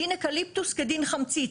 דין אקליפטוס כדין חמציץ.